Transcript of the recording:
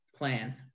plan